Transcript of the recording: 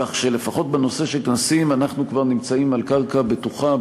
כך שלפחות בנושא של כנסים אנחנו נמצאים על קרקע בטוחה,